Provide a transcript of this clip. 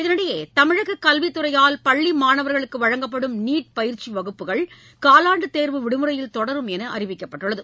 இதனிடையே தமிழக கல்வித்துறையால் அரசு மற்றும் உதவிபெறும் பள்ளி மாணவர்களுக்கு வழங்கப்படும் நீட் பயிற்சி வகுப்புகள் காவாண்டுத் தேர்வு விடுமுறையில் தொடரும் என்று அறிவிக்கப்பட்டுள்ளது